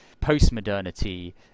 Post-modernity